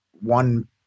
one